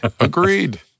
Agreed